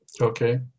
Okay